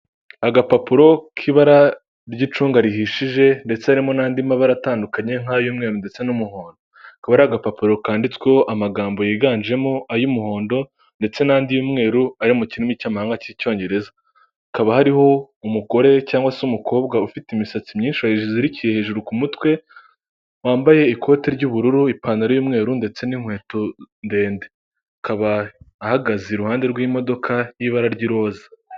Agapapuro k'ibara ry'icunga rihishije ndetse harimo n'andi mabara atandukanye nk'ay'umweru ndetse n'umuhondo kaba ari agapapuro kandiditsweho amagambo yiganjemo ay'umuhondo ndetse n'andi y'mweru ari mu kirimi cy'amahanga cy'icyongereza hakaba hariho umugore cyangwa se umukobwa ufite imisatsi myinshi wayizirikiye hejuru ku mutwe wambaye ikote ry'ubururu ipantaro, y'umweru ndetse n'inkweto ndende akaba ahagaze iruhande rw'imodoka y'ibara ry'iroza.